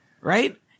Right